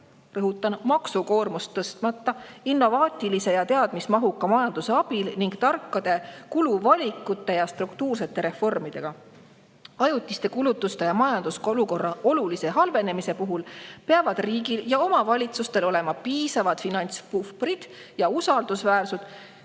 [Rõhutan: maksukoormust tõstmata – R. S.] innovaatilise ja teadmismahuka majanduse abil ning tarkade kuluvalikute ja struktuursete reformidega. Ajutiste kulutuste ja majandusolukorra olulise halvenemise puhuks peavad riigil ja omavalitsustel olema piisavad finantspuhvrid ja usaldusväärsus,